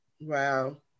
Wow